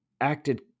acted